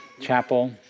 Chapel